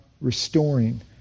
restoring